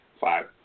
five